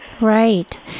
Right